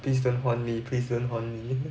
please don't haunt me please don't haunt me